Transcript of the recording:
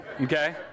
Okay